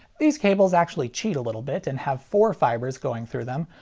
these cables actually cheat a little bit and have four fibers going through them,